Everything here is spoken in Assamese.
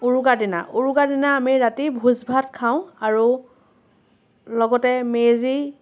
উৰুকাৰ দিনা উৰুকাৰ দিনা আমি ৰাতি ভোজ ভাত খাওঁ আৰু লগতে মেজি